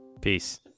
Peace